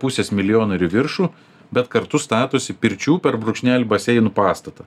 pusės milijono ir į viršų bet kartu statosi pirčių per brūkšnelį baseinų pastatą